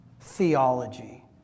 Theology